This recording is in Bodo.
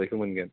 फिथाइखौ मोनगोन